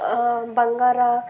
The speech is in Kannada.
ಬಂಗಾರ